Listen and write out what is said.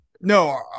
no